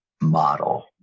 model